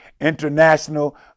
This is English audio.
international